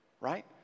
right